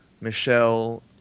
Michelle